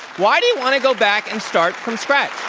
why do you want to go back and start from scratch?